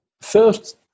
First